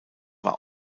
war